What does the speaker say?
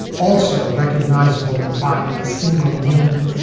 also recognizable by a single name,